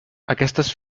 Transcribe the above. aquestes